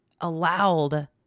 allowed